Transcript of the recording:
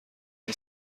این